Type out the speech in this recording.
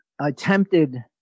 attempted